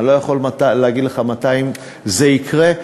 אני לא יכול להגיד לך מתי זה יקרה.